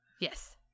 Yes